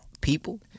people